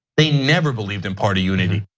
they never believed in party unity.